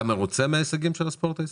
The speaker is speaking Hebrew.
אתה מרוצה מההישגים של הספורט הישראלי?